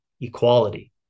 equality